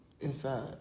inside